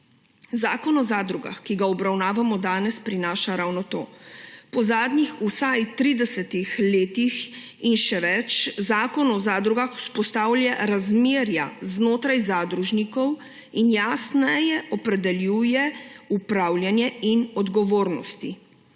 Zakon o zadrugah, ki ga obravnavamo danes ,prinaša ravno to. Po zadnjih vsaj 30 letih in še več zakon o zadrugah vzpostavlja razmerja znotraj zadružnikov in jasneje opredeljuje upravljanje in odgovornosti.